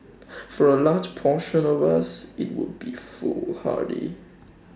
for A large portion of us IT would be foolhardy